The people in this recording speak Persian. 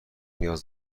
نیاز